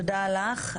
תודה לך.